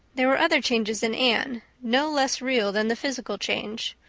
there were other changes in anne no less real than the physical change.